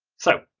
so,